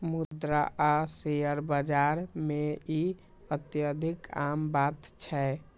मुद्रा आ शेयर बाजार मे ई अत्यधिक आम बात छै